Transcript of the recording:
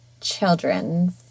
children